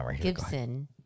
Gibson